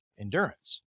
endurance